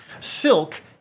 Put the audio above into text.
Silk